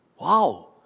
Wow